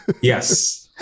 Yes